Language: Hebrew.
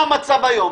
מהמצב היום,